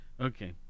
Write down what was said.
okay